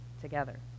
together